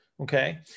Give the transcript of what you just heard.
Okay